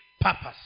purpose